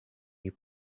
you